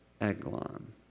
Eglon